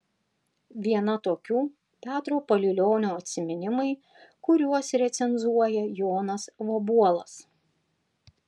viena tokių petro palilionio atsiminimai kuriuos recenzuoja jonas vabuolas